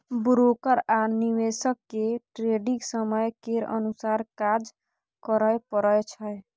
broker आ निवेशक केँ ट्रेडिग समय केर अनुसार काज करय परय छै